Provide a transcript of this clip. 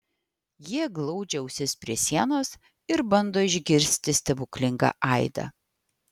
jie glaudžia ausis prie sienos ir bando išgirsti stebuklingą aidą